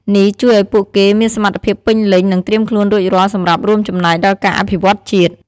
នេះជួយឲ្យពួកគេមានសមត្ថភាពពេញលេញ និងត្រៀមខ្លួនរួចរាល់សម្រាប់រួមចំណែកដល់ការអភិវឌ្ឍជាតិ។